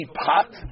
pot